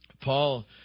Paul